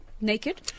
Naked